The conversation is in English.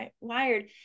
wired